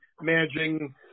managing –